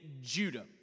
Judah